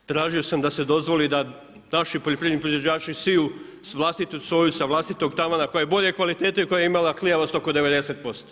Tražio sam da se dozvoli da naši poljoprivredni proizvođači siju vlastitu soju sa vlastitog tavana koja je bolje kvalitete i koja je imala klijavost oko 90%